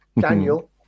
Daniel